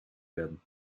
werden